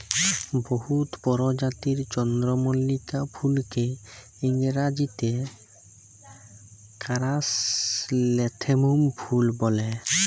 বহুত পরজাতির চল্দ্রমল্লিকা ফুলকে ইংরাজিতে কারাসলেথেমুম ফুল ব্যলে